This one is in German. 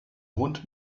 hund